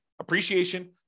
appreciation